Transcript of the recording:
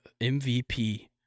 MVP